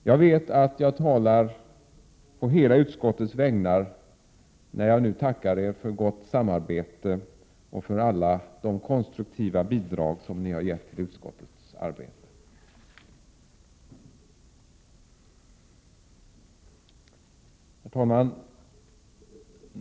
Jag vet att jag talar å hela utskottets vägnar, när jag nu tackar er för gott samarbete och för alla de konstruktiva bidrag som ni har gett till utskottets arbete. Herr talman!